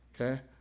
Okay